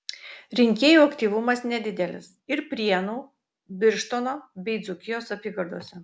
rinkėjų aktyvumas nedidelis ir prienų birštono bei dzūkijos apygardose